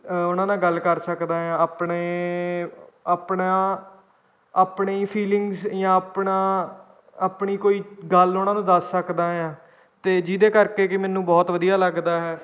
ਅ ਉਹਨਾਂ ਨਾਲ ਗੱਲ ਕਰ ਸਕਦਾ ਹਾਂ ਆਪਣੇ ਆਪਣਾ ਆਪਣੀ ਫੀਲਿੰਗਸ ਜਾਂ ਆਪਣਾ ਆਪਣੀ ਕੋਈ ਗੱਲ ਉਹਨਾਂ ਨੂੰ ਦੱਸ ਸਕਦਾ ਹਾਂ ਅਤੇ ਜਿਹਦੇ ਕਰਕੇ ਕਿ ਮੈਨੂੰ ਬਹੁਤ ਵਧੀਆ ਲੱਗਦਾ ਹੈ